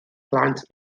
plant